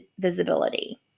visibility